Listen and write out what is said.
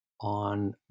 on